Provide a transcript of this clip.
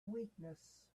weakness